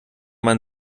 man